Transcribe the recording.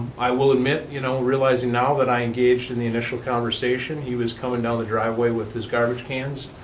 i will admit, you know realizing now, that i engaged in the initial conversation. he was coming down the driveway with his garbage cans.